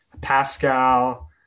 Pascal